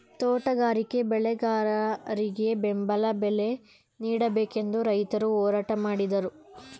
ತೋಟಗಾರಿಕೆ ಬೆಳೆಗಾರರಿಗೆ ಬೆಂಬಲ ಬಲೆ ನೀಡಬೇಕೆಂದು ರೈತರು ಹೋರಾಟ ಮಾಡಿದರು